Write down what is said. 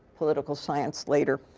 political science later.